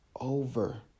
over